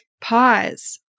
pause